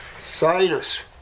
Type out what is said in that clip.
sinus